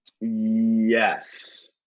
Yes